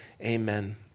Amen